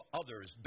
others